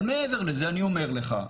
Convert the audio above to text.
אבל מעבר לזה אני אומר לך,